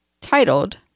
titled